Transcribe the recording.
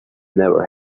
never